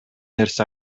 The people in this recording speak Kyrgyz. нерсе